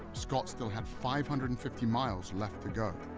scott still had five hundred and fifty miles left to go.